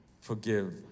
forgive